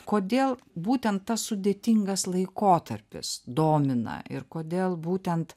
kodėl būtent tas sudėtingas laikotarpis domina ir kodėl būtent